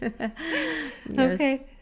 Okay